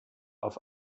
auf